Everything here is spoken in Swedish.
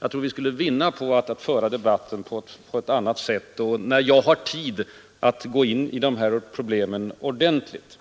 Jag tror att vi skulle vinna på att föra debatten på ett annat sätt, och när jag har tillräcklig tid till mitt förfogande att gå in i problemen ordentligt.